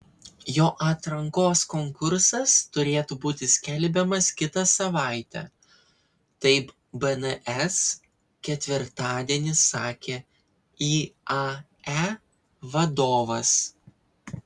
jo atrankos konkursas turėtų būti skelbiamas kitą savaitę taip bns ketvirtadienį sakė iae vadovas